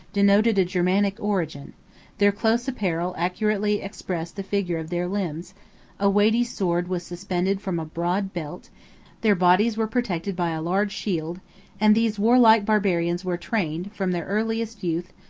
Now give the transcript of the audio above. denoted a germanic origin their close apparel accurately expressed the figure of their limbs a weighty sword was suspended from a broad belt their bodies were protected by a large shield and these warlike barbarians were trained, from their earliest youth,